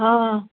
हँ